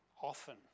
often